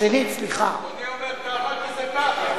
אני אומר ככה כי זה ככה.